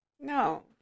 No